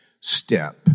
step